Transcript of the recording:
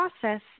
process